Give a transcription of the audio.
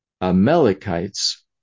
Amalekites